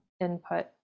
input